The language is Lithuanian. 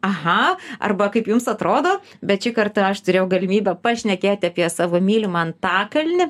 aha arba kaip jums atrodo bet šį kartą aš turėjau galimybę pašnekėti apie savo mylimą antakalnį